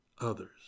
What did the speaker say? others